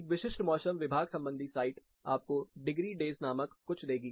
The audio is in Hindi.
एक विशिष्ट मौसम विभाग संबंधी साइट आपको डिग्री डेज नामक कुछ देगी